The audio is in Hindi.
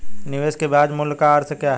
निवेश के ब्याज मूल्य का अर्थ क्या है?